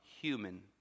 human